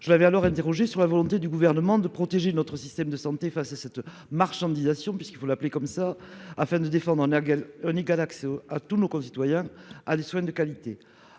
Je l'avais alors interrogé sur la volonté du gouvernement de protéger notre système de santé face à cette marchandisation puisqu'il faut l'appeler comme ça. Afin de défendre en elle un égal accès à tous nos concitoyens à des soins de qualité.